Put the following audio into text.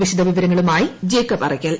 വിശദ വിവരങ്ങളുമായി ജേക്കബ് അറയ്ക്കൽ